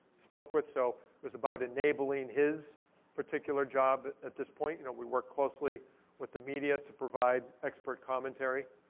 spoke with, so it was about enabling his particular job at this point. you know, we work closely with the media to provide expert commentary.